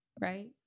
Right